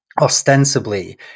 ostensibly